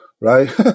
right